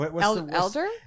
Elder